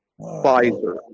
Pfizer